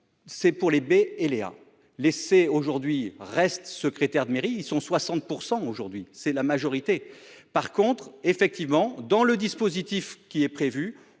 c'est pour les B et Léa laisser aujourd'hui reste secrétaire de mairie, ils sont 60% aujourd'hui, c'est la majorité. Par contre, effectivement dans le dispositif qui est prévu,